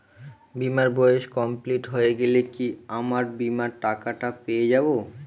বীমার বয়স কমপ্লিট হয়ে গেলে কি আমার বীমার টাকা টা পেয়ে যাবো?